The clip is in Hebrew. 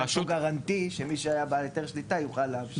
--- guaranty שמי שהיה בעל היתר שליטה יוכל להמשיך.